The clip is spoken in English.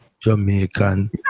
Jamaican